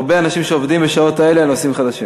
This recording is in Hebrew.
אבל יש הרבה אנשים שעובדים בשעות האלה על נושאים חדשים.